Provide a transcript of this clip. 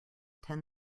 ten